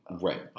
Right